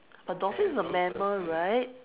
but dolphin is a mammal right